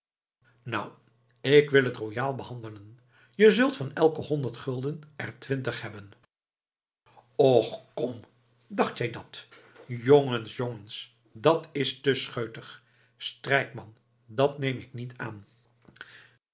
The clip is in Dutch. nou ik wil t royaal behandelen je zult van elke honderd gulden er twintig hebben och kom dacht jij dat jongens jongens dat's te scheutig strijkman dat neem ik niet aan